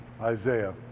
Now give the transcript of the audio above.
isaiah